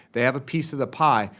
they have a piece of the pie.